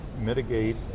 mitigate